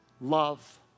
love